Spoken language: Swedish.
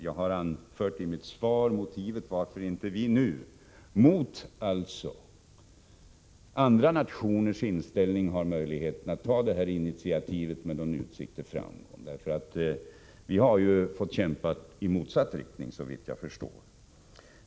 Jag har i mitt svar anfört motivet till varför vi inte nu, mot andra nationers inställning, har möjlighet att ta det initiativ som Jens Eriksson efterlyser med någon utsikt till framgång — vi skulle ha fått kämpa i motsatt riktning, såvitt jag förstår.